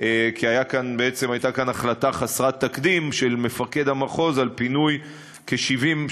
כי הייתה כאן החלטה חסרת תקדים של מפקד המחוז של פינוי כ-70,000,